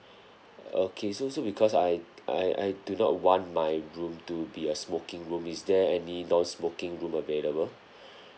okay so so because I I I do not want my room to be a smoking room is there any non smoking room available